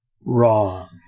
wrong